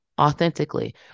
authentically